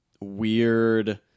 weird